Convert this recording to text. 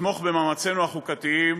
יתמוך במאמצינו החוקתיים